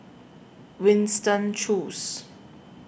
Winston Choos